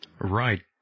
Right